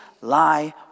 lie